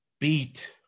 beat